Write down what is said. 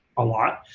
a lot.